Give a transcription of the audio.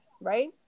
right